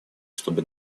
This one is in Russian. чтобы